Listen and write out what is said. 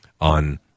on